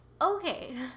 Okay